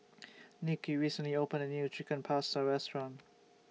Nicki recently opened A New Chicken Pasta Restaurant